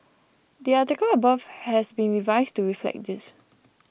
the article above has been revised to reflect this